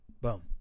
Boom